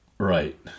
Right